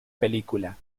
película